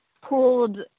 pulled